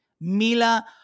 Mila